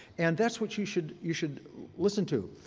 and that's what you should you should listen to.